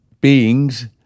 beings